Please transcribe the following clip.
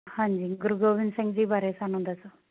ਹਾਂਜੀ ਗੁਰੂ ਗੋਬਿੰਦ ਸਿੰਘ ਜੀ ਬਾਰੇ ਸਾਨੂੰ ਦੱਸੋ